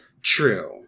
True